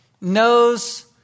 knows